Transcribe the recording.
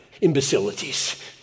imbecilities